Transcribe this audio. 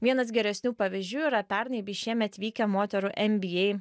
vienas geresnių pavyzdžių yra pernai bei šiemet vykę moterų nba